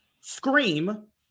scream